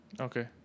Okay